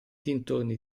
dintorni